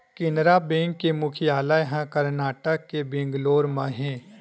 Canara bank के मुख्यालय ह करनाटक के बेंगलोर म हे